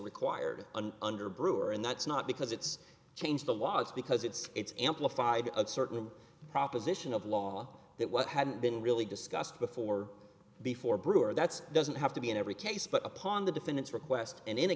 required under brewer and that's not because it's changed the laws because it's it's amplified a certain proposition of law that what had been really discussed before before brewer that's doesn't have to be in every case but upon the defendant's request and in a